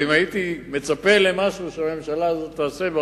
אבל אם הייתי מצפה למשהו שהממשלה הזאת תעשה,